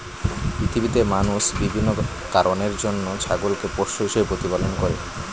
পৃথিবীতে মানুষ বিভিন্ন কারণের জন্য ছাগলকে পোষ্য হিসেবে প্রতিপালন করে